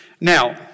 Now